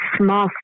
small